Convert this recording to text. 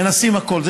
מנסים הכול.